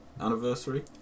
Anniversary